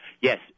Yes